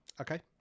Okay